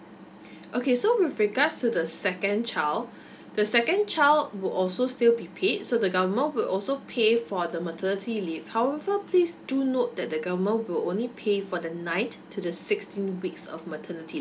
okay so with regards to the second child the second child will also still be paid so the government will also pay for the maternity leave however please do note that the government will only pay from the nineth to the sixteenth weeks of maternity